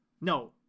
No